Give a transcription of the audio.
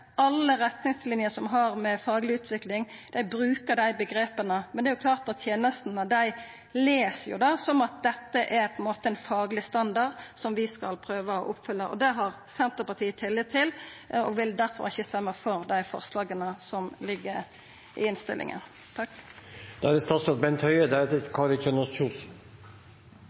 alle retningslinjer som har med fagleg utvikling å gjera, brukar ein dei omgrepa, men tenestene les det som at dette på ein måte er ein fagleg standard som dei skal prøva å oppfylla. Det har Senterpartiet tillit til og vil difor ikkje stemma for dei forslaga som ligg i innstillinga.